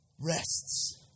rests